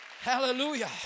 Hallelujah